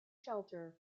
shelter